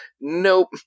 Nope